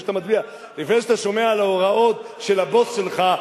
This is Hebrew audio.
אז לפני שאתה שומע להוראות של הבוס שלך,